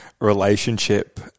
relationship